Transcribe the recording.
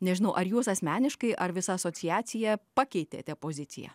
nežinau ar jūs asmeniškai ar visa asociacija pakeitėte poziciją